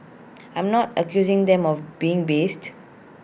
I'm not accusing them of being biased